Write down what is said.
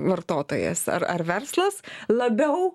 vartotojas ar ar verslas labiau